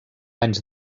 anys